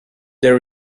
the